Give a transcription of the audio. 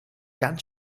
ganz